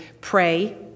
pray